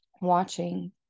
watching